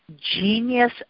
genius